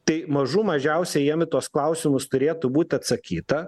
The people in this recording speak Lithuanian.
tai mažų mažiausia jiem į tuos klausimus turėtų būt atsakyta